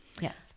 Yes